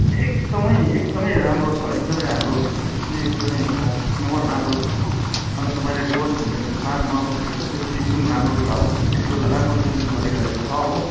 एकदम एकदम राम्रो छ एकदम राम्रो स्पेसियली एकदम एक नम्बर राम्रो छ हो अन्त तपाईँले डुवर्स घुम्ने प्लान बनाउनु भएको छ त्यो पनि एकदम राम्रो कुरा हो यति बेला राम्रो सिजन चलिरहेको छ हो